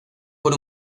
con